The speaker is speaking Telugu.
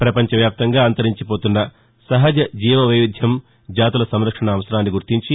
ప్రపంచవ్యాప్తంగా అంతరించిపోతున్న సహజ జీవవైవిధ్యం జాతుల సంరక్షణ అవసరాన్ని గుర్తించి